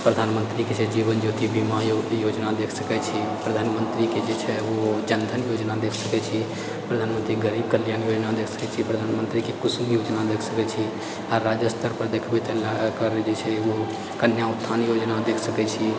प्रधानमन्त्रीके जे जीवन ज्योति बीमा योजना देख सकै छी प्रधानमन्त्रीके जे छै ऊ जन धन योजना देख सकै छी प्रधानमन्त्री गरीब कल्याण योजना देख सकै छी प्रधानमन्त्रीके कुशल योजना देख सकै छी आओर राज्य स्तरपर देखबै तऽ कहबै जे छै ऊ कन्या उत्थान योजना देख सकै छी